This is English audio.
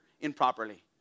improperly